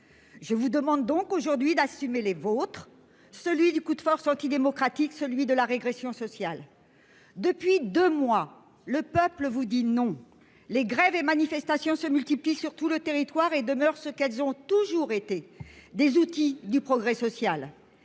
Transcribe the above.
Je vous demande donc aujourd'hui d'assumer les vôtres celui du coup de force antidémocratique, celui de la régression sociale. Depuis 2 mois. Le peuple vous dit non. Les grèves et manifestations se multiplient sur tout le territoire et demeure ce qu'elles ont toujours été des outils du progrès social.